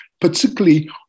particularly